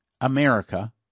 America